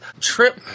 Trip